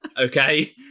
okay